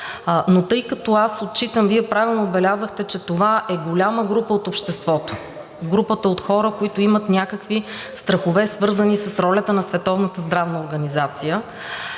Тъй като отчитам – Вие правилно отбелязахте, че това е голяма група от обществото – групата от хора, които имат някакви страхове, свързани с ролята на